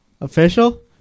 Official